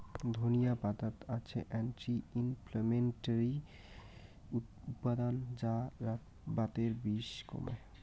ধনিয়া পাতাত আছে অ্যান্টি ইনফ্লেমেটরি উপাদান যা বাতের বিষ কমায়